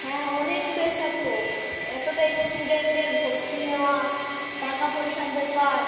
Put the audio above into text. হ্যাঁ অনেক প্রেসার তো এতোটা স্টুডেন্টের ভর্তি নেওয়া টাকা পয়সার ব্যাপার